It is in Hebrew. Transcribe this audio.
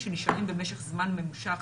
שנשארים במשך זמן ממושך